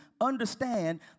understand